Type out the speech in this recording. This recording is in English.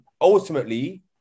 ultimately